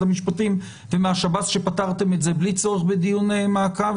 המשפטים ומהשב"ס שפתרתם את זה בלי צורך בדיוני מעקב.